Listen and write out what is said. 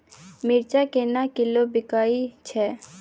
मिर्चा केना किलो बिकइ छैय?